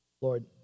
Lord